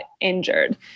injured